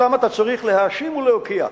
אותם אתה צריך להאשים ולהוקיע.